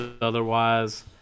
otherwise